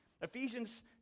Ephesians